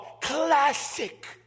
classic